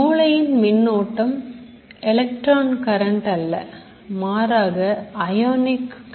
மூளையின் மின்னோட்டம் electron current அல்ல மாறாக அயோனிக் கரண்ட் ஆகும்